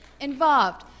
involved